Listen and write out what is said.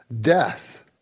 Death